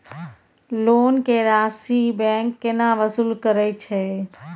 Loan के राशि bank केना वसूल करे छै?